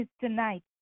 tonight